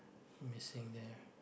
missing there